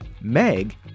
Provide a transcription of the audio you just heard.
Meg